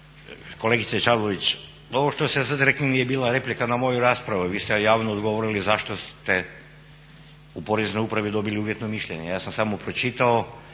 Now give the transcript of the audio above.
Kolegice Čavlović, ovo što ste sada rekli nije bila replika na moju raspravu, vi ste javno odgovorili zašto ste u poreznoj upravi dobili uvjetno mišljenje, ja sam samo pročitao